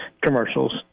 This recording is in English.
commercials